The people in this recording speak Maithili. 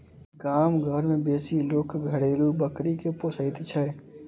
गाम घर मे बेसी लोक घरेलू बकरी के पोसैत छै